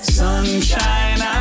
sunshine